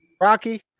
Rocky